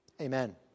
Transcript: Amen